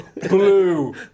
Blue